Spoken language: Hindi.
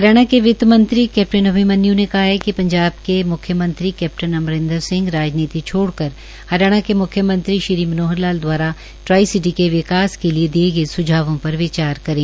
हरियाणा के वित्त मंत्री कैप्टन अभिमन्य् ने कहा कि पंजाब के म्ख्यमंत्री कैप्टन अमरिंद्र सिंह राजनीति छोड़कर हरियाणा के म्ख्यमंत्री श्री मनोहर लाल द्वारा ट्राईसिटी के विकास के लिए दिए गए सुझावों पर विचार करें